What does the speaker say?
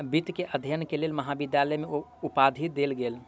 वित्त के अध्ययन के लेल महाविद्यालय में उपाधि देल गेल